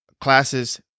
classes